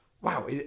wow